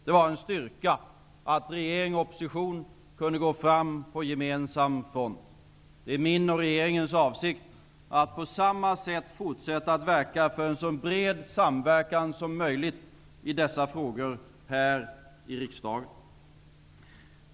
Det var en styrka att regering och opposition kunde gå fram på gemensam front. Det är min och regeringens avsikt att på samma sätt fortsätta att verka för en så bred samverkan som möjligt i dessa frågor här i riksdagen.